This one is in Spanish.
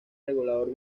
regulador